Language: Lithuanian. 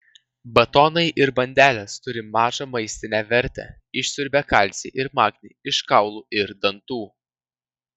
batonai ir bandelės turi mažą maistinę vertę išsiurbia kalcį ir magnį iš kaulų ir dantų